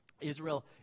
Israel